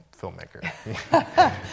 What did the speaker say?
filmmaker